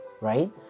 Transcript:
right